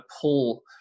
pull